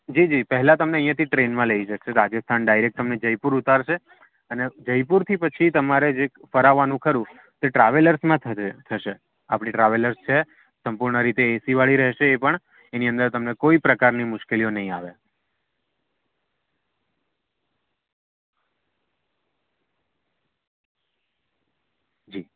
જીજી પહેલાં તમને અહીંયાથી ટ્રેનમાં લઈ જશે રાજસ્થાન ડાયરેક તમને જયપુર ઉતારશે અને જયપુરથી પછી તમારે જે ફરવાનું ખરું તે ટ્રાવેલર્સમાં થશે આપણી ટ્રાવેલર્સ છે સંપૂર્ણ રીતે એસીવાળી રહેશે એ પણ એની અંદર તમને કોઈ પ્રકારની મુશ્કેલીઓ નહીં આવે જી